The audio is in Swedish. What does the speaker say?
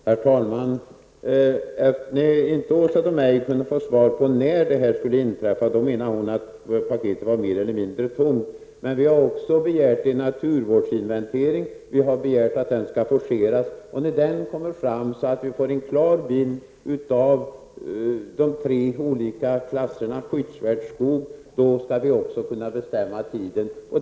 Herr talman! Då Åsa Domeij inte kunde få svar på när skyddsklasserna skulle tillämpas menar hon att paketet var mer eller mindre tomt. Men vi har också begärt en naturvårdsinventering. Vi har begärt att den skall forceras. När den har tagits fram, så att vi får en klar bild av de tre olika klasserna av skyddsvärd skog, skall vi också kunna bestämma tidpunkt.